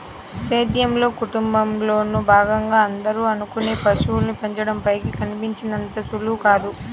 సేద్యంలో, కుటుంబంలోను భాగంగా అందరూ అనుకునే పశువుల్ని పెంచడం పైకి కనిపించినంత సులువు కాదు